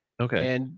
Okay